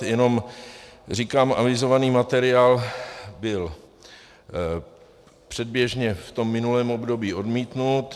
Jenom říkám, avizovaný materiál byl předběžně v minulém období odmítnut.